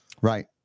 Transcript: right